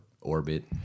orbit